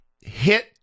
hit